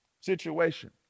situation